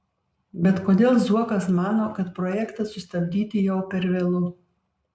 bet kodėl zuokas mano kad projektą sustabdyti jau per vėlu